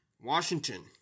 Washington